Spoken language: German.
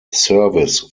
service